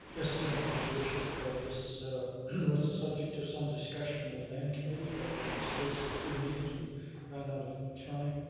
yes, thank you, your worship. this was the subject of some discussion at land committee over the space of two meetings, we ran out of time,